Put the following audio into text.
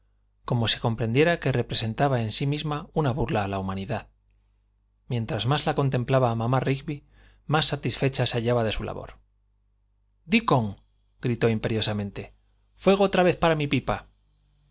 como si comprendiera que representaba en sí misma una burla a la humanidad mientras más la contemplaba mamá rigby más satisfecha se hallaba de su labor dickon gritó imperiosamente fuego otra vez para mi pipa